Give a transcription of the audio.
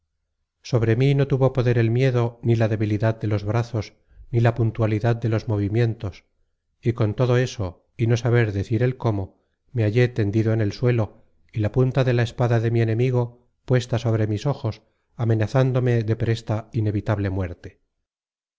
sobre mí no tuvo poder el miedo ni la debilidad de los brazos ni la puntualidad de los movimientos y con todo eso y no saber decir el cómo me hallé tendido en el suelo y la punta de la espada de mi enemigo puesta sobre mis ojos amenazándome de presta inevitable muerte